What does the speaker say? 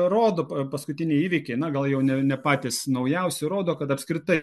rodo paskutiniai įvykiai na gal jau ne ne patys naujausi rodo kad apskritai